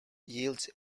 yields